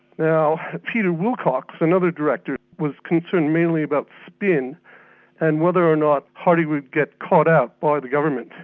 now peter wilcox, another director, was concerned mainly about spin and whether, or not, hardie would get caught out by the government.